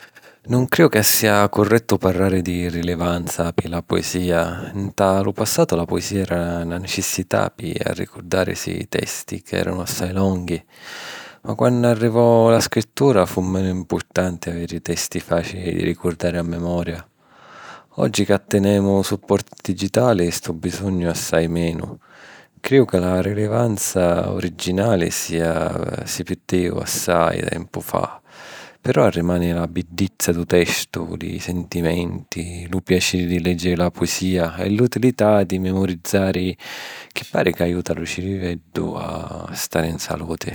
Nun crìu ca sia currettu parrari di ‘rilivanza’ pi la puisìa. Nta lu passatu, la puisìa era na nicissità pi arricurdàrisi testi ca eranu assai longhi, ma quannu arrivò la scrittura, fu menu mpurtanti aviri testi facili di ricurdari a memoria. Oggi, ca tenemu supporti digitali, stu bisognu è assai menu. Crìu ca la rilivanza urigginali si perdiu assai tempu fa, però arrimani la biddizza dû testu, li sentimenti, lu piaciri di leggiri la puisìa e l’utilità di memurizzari chi pari ca aiuta lu ciriveddu a stari ‘n saluti.